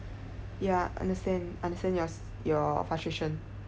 yeah understand understand your your frustration